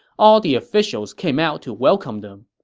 all the officials came out to welcome them,